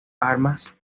armas